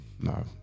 No